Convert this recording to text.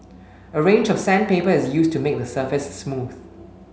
a range of sandpaper is used to make the surface smooth